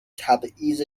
تبعیض